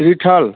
ईठल